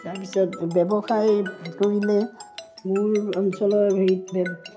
তাৰপিছত ব্যৱসায় কৰিলে মোৰ অঞ্চলৰ হেৰি